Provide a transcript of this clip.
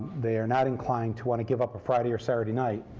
they are not inclined to want to give up a friday or saturday night